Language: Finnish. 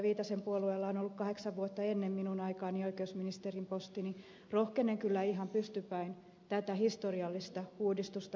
viitasen puolueella on ollut kahdeksan vuotta ennen minun aikaani oikeusministerin posti niin rohkenen kyllä ihan pystypäin tätä historiallista uudistusta puolustaa